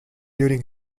during